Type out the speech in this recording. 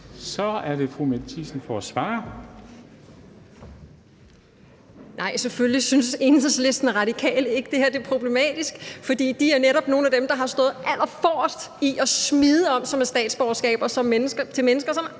14:16 Mette Thiesen (NB): Nej, selvfølgelig synes Enhedslisten og Radikale ikke, at det her er problematisk, fordi de netop er nogle af dem, der har stået allerforrest i at smide om sig med statsborgerskaber til mennesker,